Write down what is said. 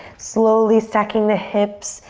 slowly stacking the hips,